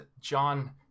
John